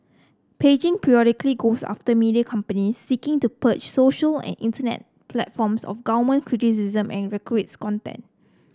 Beijing periodically goes after media companies seeking to purge social and internet platforms of government criticism and risque content